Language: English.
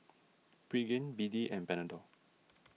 Pregain B D and Panadol